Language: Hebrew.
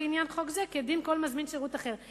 לעניין חוק זה כדין כל מזמין שירות אחר.